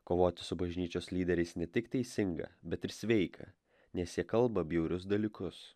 kovoti su bažnyčios lyderiais ne tik teisinga bet ir sveika nes jie kalba bjaurius dalykus